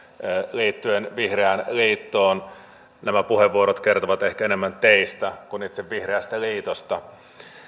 liittyen vihreään liittoon nämä puheenvuorot kertovat ehkä enemmän teistä kuin itse vihreästä liitosta